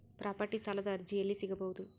Property ಸಾಲದ ಅರ್ಜಿ ಎಲ್ಲಿ ಸಿಗಬಹುದು?